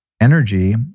energy